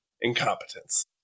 incompetence